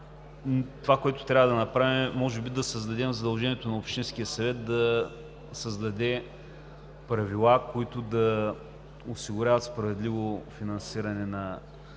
това, което трябва да направим, може би е да създадем задължение на общинския съвет да създаде правила, които да осигуряват справедливото финансиране на